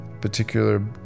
particular